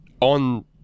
on